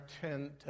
tend